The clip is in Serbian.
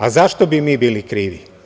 A zašto bi mi bili krivi?